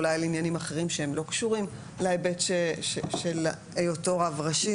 אולי לעניינים אחרים שהם לא קשורים להיבט של היותו רב ראשי.